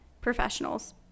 professionals